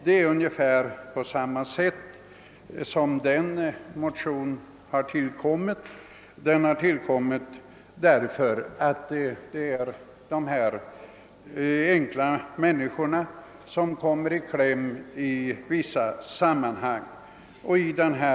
Reservationen har tillkommit i samma syfte som motionen, nämligen för att hjälpa enkla människor, som kommer i kläm i vissa försäkringstekniska sammanhang.